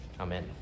amen